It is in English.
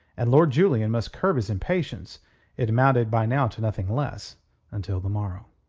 and lord julian must curb his impatience it amounted by now to nothing less until the morrow.